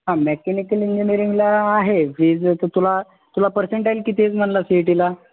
हां मेकॅनिकल इंजिनिअरिंगला आहे फीज तर तुला तुला पर्सेंटाईल किती आहेत म्हणालास सी ई टीला